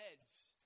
heads